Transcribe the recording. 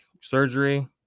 surgery